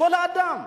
כל אדם.